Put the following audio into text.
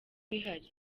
bihari